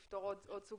עת נפתור עוד סוגיות.